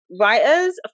writers